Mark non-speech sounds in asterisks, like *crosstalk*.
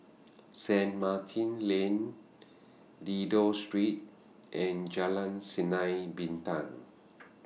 *noise* Saint Martin's Lane Dido Street and Jalan Sinar Bintang